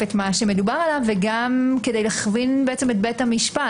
את מה שמדובר עליו וגם כדי להכווין את בית המשפט,